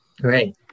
Great